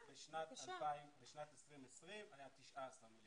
בשנת 2020 היה 19 מיליון שקל.